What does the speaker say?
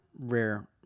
Rare